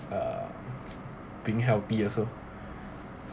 uh being healthy also